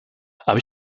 habe